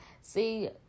See